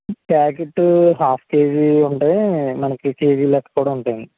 packet half kg ఉంటుంది మనకి కేజీల లెక్క కూడా ఉంటాయండి